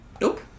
Nope